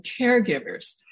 caregivers